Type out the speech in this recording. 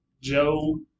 Joe